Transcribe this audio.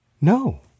No